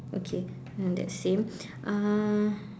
okay then that's same uh